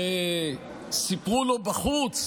שסיפרו לו בחוץ